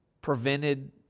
prevented